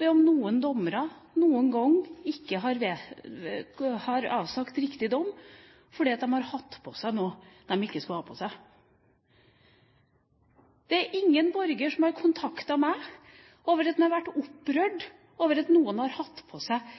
ved om noen dommere noen gang ikke har avsagt riktig dom fordi de har hatt på seg noe de ikke skulle hatt på seg. Det er ingen borger som har kontaktet meg fordi vedkommende har vært opprørt over at en dommer eller en meddommer har hatt på seg